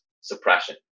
suppression